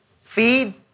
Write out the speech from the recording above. feed